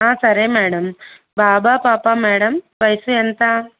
ఆ సరే మేడం బాబు ఆ పాప ఆ మేడం వయస్సు ఎంత